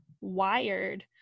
wired